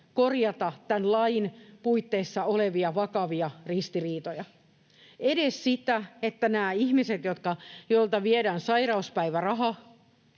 korjata tämän lain puitteissa olevia vakavia ristiriitoja, edes sitä, että nämä ihmiset, joilta viedään sairauspäiväraha,